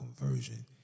conversion